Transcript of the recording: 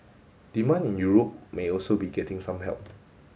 demand in Europe may also be getting some help